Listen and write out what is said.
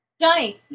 Johnny